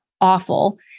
awful